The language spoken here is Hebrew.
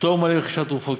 פטור מלא ברכישת תרופות,